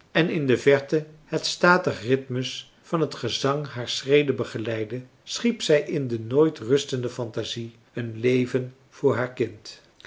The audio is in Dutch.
en in de verte het statig rhythmus van het gezang haar schreden begeleidde schiep zij in de nooit rustende fantasie een leven voor haar kind